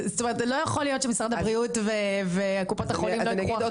להיות שמשרד הבריאות וקופות החולים לא ייקחו